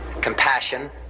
compassion